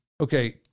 Okay